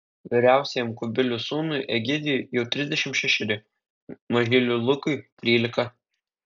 vyriausiajam kubilių sūnui egidijui jau trisdešimt šešeri mažyliui lukui trylika